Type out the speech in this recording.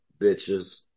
bitches